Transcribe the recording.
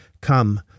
Come